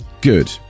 Good